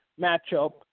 matchup